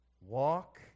Walk